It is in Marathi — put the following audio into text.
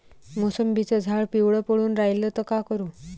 मोसंबीचं झाड पिवळं पडून रायलं त का करू?